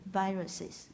viruses